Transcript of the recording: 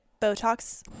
Botox